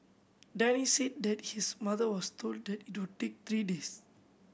Denny said that his mother was told that it would take three days